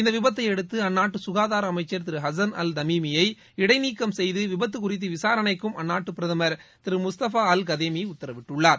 இந்த விபத்தை அடுத்து அந்நாட்டு சுகாதார அமைச்சர் திரு ஹசன் அல் தமீமியை இடை நீக்கம் செய்து விபத்து குறித்து விசாரணைக்கும் அந்நாட்டு பிரதமர் திரு முஸ்தபா அல் கதேமி உத்தரவிட்டுள்ளார்